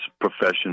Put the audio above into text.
profession